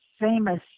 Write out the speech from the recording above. famous